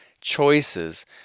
choices